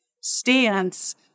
stance